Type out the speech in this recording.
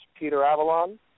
peteravalon